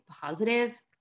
positive